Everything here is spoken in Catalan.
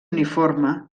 uniforme